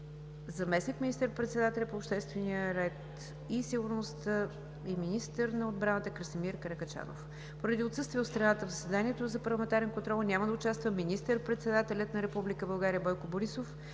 заместник министър-председателя по обществения ред и сигурността и министър на отбраната Красимир Каракачанов. Поради отсъствие от страната в заседанието за парламентарен контрол няма да участва министър-председателят на Република България Бойко Борисов,